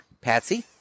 Patsy